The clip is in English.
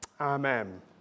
Amen